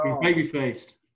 baby-faced